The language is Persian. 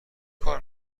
کار